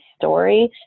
story